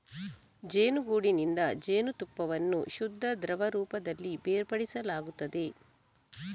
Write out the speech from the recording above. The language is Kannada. ಜೇನುಗೂಡಿನಿಂದ ಜೇನುತುಪ್ಪವನ್ನು ಶುದ್ಧ ದ್ರವ ರೂಪದಲ್ಲಿ ಬೇರ್ಪಡಿಸಲಾಗುತ್ತದೆ